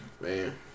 Man